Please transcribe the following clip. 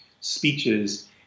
speeches